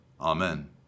Amen